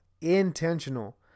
intentional